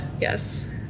Yes